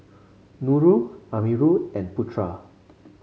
Nurul Amirul and Putra